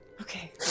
Okay